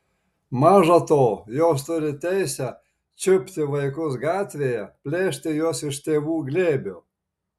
maža to jos turi teisę čiupti vaikus gatvėje plėšti juos iš tėvų glėbio